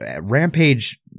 rampage